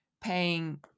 paying